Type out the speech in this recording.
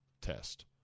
test